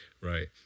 right